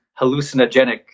hallucinogenic